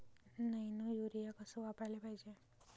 Nano urea कस वापराले पायजे?